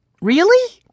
Really